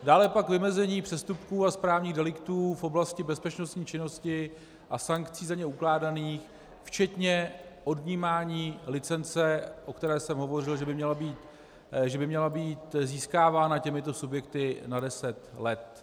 Dále pak vymezení přestupků a správních deliktů v oblasti bezpečnostní činnosti a sankcí za ně ukládaných včetně odnímání licence, o které jsem hovořil, že by měla být získávána těmito subjekty na deset let.